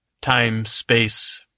time-space